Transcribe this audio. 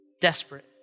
Desperate